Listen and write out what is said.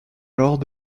alors